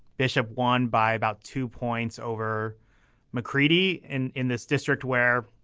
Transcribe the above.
bishop won by about two points over mccready in in this district where